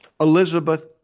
elizabeth